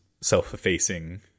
self-effacing